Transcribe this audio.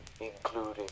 including